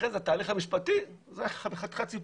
ואחרי זה התהליך המשפטי זה חתיכת סיפור,